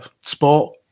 sport